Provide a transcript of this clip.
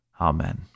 Amen